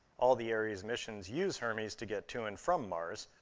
all the area's missions use hermes to get to and from mars.